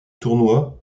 tournoi